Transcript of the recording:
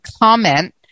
comment